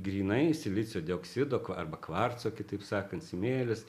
grynai silicio dioksido arba kvarco kitaip sakant smėlis